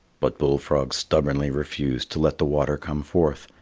but bull frog stubbornly refused to let the water come forth.